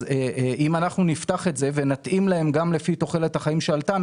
אם אנחנו נפתח את זה ונתאים להם גם לפי תוחלת החיים שעלתה,